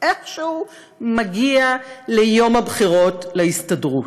ואיכשהו נגיע ליום הבחירות להסתדרות,